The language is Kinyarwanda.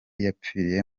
yapfiriye